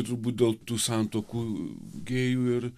turbūt dėl tų santuokų gėjų ir